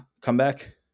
comeback